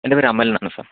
എൻ്റെ പേര് അമൽ എന്നാണ് സാർ